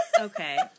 Okay